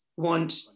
want